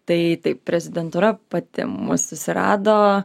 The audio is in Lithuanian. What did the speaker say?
tai taip prezidentūra pati mus susirado